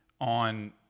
on